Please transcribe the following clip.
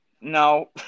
No